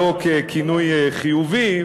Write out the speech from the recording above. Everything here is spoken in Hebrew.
לא ככינוי חיובי,